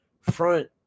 front